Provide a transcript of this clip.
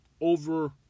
over